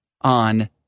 on